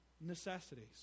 necessities